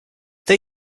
they